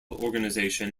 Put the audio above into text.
organization